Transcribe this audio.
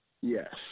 Yes